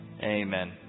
amen